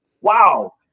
wow